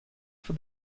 for